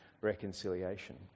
reconciliation